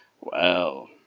Well